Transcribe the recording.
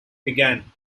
began